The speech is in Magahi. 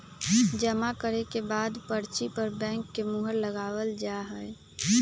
जमा करे के बाद पर्ची पर बैंक के मुहर लगावल जा हई